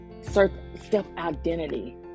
self-identity